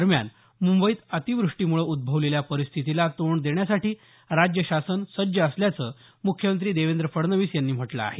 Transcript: दरम्यान मुंबईत अतिवृष्टीमुळे उद्दवलेल्या परिस्थितीला तोंड देण्यासाठी राज्य शासन सज्ज असल्याचं मुख्यमंत्री देवेंद्र फडणवीस यांनी म्हटलं आहे